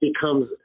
becomes